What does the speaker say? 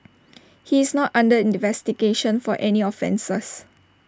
he is not under investigation for any offences